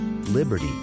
Liberty